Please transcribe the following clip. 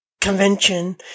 convention